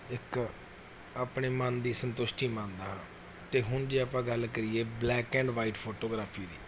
ਇੱਕ ਆਪਣੇ ਮਨ ਦੀ ਸੰਤੁਸ਼ਟੀ ਮੰਨਦਾ ਹਾਂ ਅਤੇ ਹੁਣ ਜੇ ਆਪਾਂ ਗੱਲ ਕਰੀਏ black and white photography the